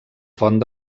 font